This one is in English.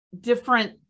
different